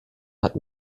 hat